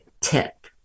tip